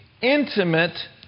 intimate